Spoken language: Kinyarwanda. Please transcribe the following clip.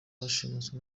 bashimuswe